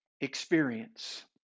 experience